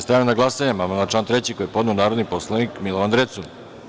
Stavljam na glasanje amandman na član 3. koji je podneo narodni poslanik Milovan Drecun.